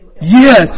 Yes